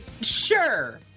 Sure